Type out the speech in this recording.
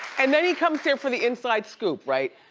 and then he comes here for the inside scoop, right?